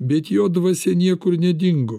bet jo dvasia niekur nedingo